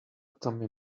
tommy